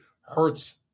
hurts